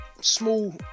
small